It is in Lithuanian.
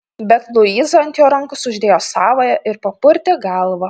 bet luiza ant jo rankos uždėjo savąją ir papurtė galvą